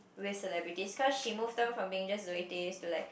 with celebrities cause she move down from being just Zoe-Tay's to like